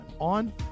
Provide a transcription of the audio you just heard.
on